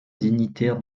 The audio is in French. dignitaires